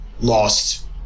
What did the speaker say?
lost